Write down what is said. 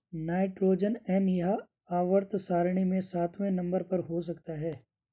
nitrogen N यह आवर्त सारणी में सातवें नंबर पर हो सकता है